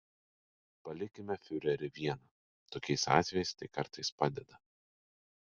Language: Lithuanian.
palikime fiurerį vieną tokiais atvejais tai kartais padeda